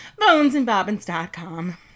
BonesandBobbins.com